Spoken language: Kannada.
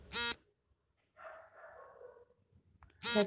ಸರ್ಟಿಫೈಡ್ ಚಕ್ನಲ್ಲಿ ಖಾತೆದಾರನ ಹೆಸರು ಇರಬೇಕು